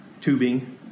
tubing